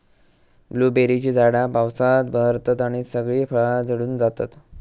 ब्लूबेरीची झाडा पावसात बहरतत आणि सगळी फळा झडून जातत